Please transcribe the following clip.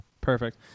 Perfect